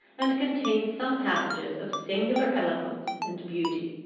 and contains some passages of singular eloquence and beauty.